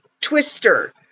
Twister